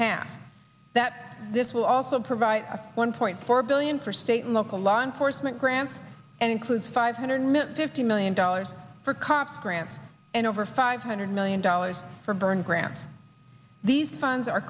half that this will also provide one point four billion for state and local law enforcement grants and includes five hundred fifty million dollars for cops grants and over five hundred million dollars for burn grants these funds are